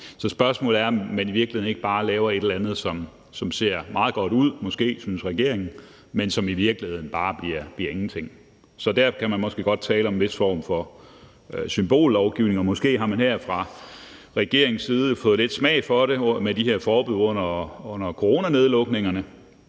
Så spørgsmålet er, om man i virkeligheden ikke bare laver et eller andet, som måske ser meget godt ud, synes regeringen, men som i virkeligheden bare bliver ingenting. Derfor kan man måske godt tale om en vis form for symbollovgivning, og måske har man fra regeringens side fået lidt smag for det med de her forbud under coronanedlukningerne,